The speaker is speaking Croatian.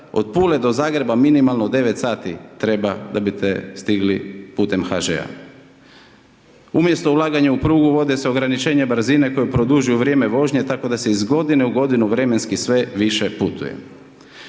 od Pule do Zagreba minimalno 9 sati, treba da biste stigli putem HŽ-a. Umjesto ulaganja u prugu, uvode se ograničenje brzine koje produžuju vrijeme vožnje, tako da se iz godinu u godinu vremenski sve više putuje.